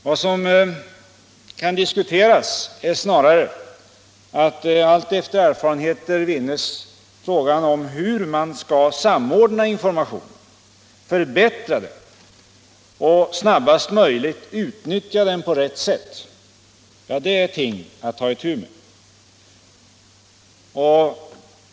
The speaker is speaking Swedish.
Vad som kan diskuteras är snarare frågan om hur man, allteftersom erfarenheter vinns, skall samordna informationen, förbättra den och snabbast möjligt utnyttja den på rätt sätt.